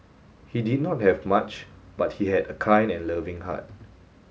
he did not have much but he had a kind and loving heart